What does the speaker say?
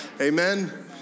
Amen